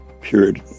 period